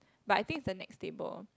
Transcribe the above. but I think it's the next table